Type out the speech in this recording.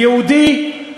יהודי,